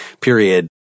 period